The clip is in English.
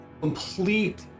complete